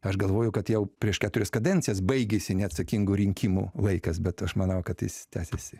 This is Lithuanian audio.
aš galvoju kad jau prieš keturias kadencijas baigėsi neatsakingų rinkimų laikas bet aš manau kad jis tęsiasi